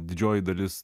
didžioji dalis